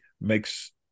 makes